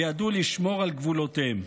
וידעו לשמור על גבולותיהן.